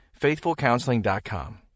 FaithfulCounseling.com